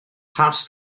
pass